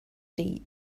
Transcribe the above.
deep